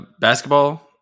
basketball